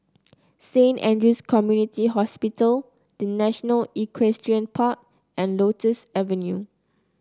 Saint Andrew's Community Hospital The National Equestrian Park and Lotus Avenue